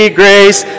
grace